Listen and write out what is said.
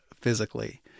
physically